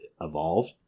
evolved